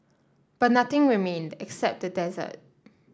but nothing remained except the desert